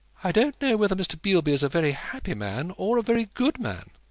i don't know whether mr. beilby is a very happy man or a very good man,